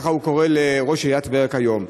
כך הוא קורא לראש עיריית טבריה כיום.